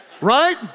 Right